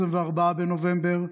24 בנובמבר,